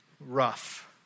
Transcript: rough